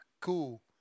Cool